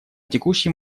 текущий